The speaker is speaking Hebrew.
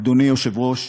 אדוני היושב-ראש,